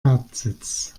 hauptsitz